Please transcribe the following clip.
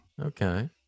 Okay